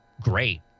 great